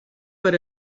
per